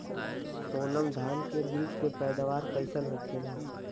सोनम धान के बिज के पैदावार कइसन होखेला?